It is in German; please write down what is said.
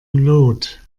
lot